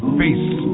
face